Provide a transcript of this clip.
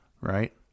Right